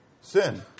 sin